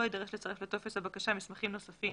לא יידרש לצרף לטופס הבקשה מסמכים נוספים